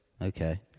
Okay